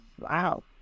Wow